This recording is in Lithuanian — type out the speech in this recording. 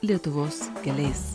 lietuvos keliais